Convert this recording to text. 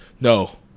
no